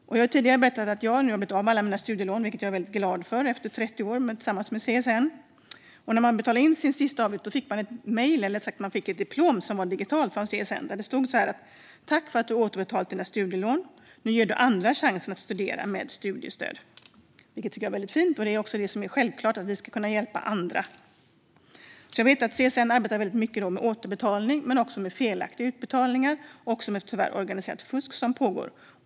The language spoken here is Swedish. Jag har ju tidigare berättat att jag nu har betalat av alla mina studielån, vilket jag är väldigt glad för efter 30 år med CSN. När jag betalade in min sista avgift fick man ett digitalt diplom från CSN där det stod: Tack för att du har återbetalat dina studielån - nu ger du andra chansen att studera med studiestöd. Jag tycker att det är väldigt fint, och det är också detta som är självklart: att vi ska kunna hjälpa andra. Jag vet alltså att CSN arbetar mycket med återbetalning, men de arbetar också med felaktiga utbetalningar och med det organiserade fusk som tyvärr pågår.